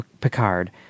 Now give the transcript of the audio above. Picard